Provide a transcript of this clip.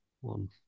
One